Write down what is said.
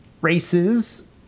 races